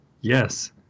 Yes